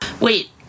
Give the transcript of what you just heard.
Wait